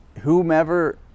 Whomever